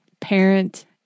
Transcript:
parent